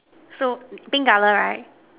so pink color right